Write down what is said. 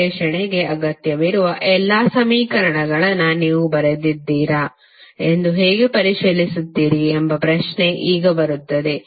ವಿಶ್ಲೇಷಣೆಗೆ ಅಗತ್ಯವಿರುವ ಎಲ್ಲಾ ಸಮೀಕರಣಗಳನ್ನು ನೀವು ಬರೆದಿದ್ದೀರಾ ಎಂದು ಹೇಗೆ ಪರಿಶೀಲಿಸುತ್ತೀರಿ ಎಂಬ ಪ್ರಶ್ನೆ ಈಗ ಬರುತ್ತದೆ